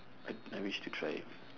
I I wish to try it